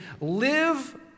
Live